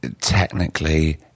Technically